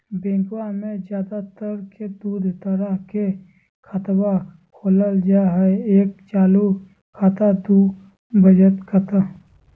बैंकवा मे ज्यादा तर के दूध तरह के खातवा खोलल जाय हई एक चालू खाता दू वचत खाता